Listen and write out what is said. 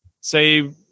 say